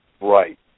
Right